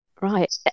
Right